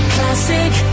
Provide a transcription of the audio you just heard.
Classic